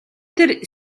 тэр